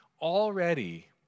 already